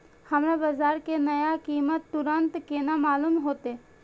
हमरा बाजार के नया कीमत तुरंत केना मालूम होते?